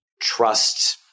trust